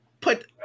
Put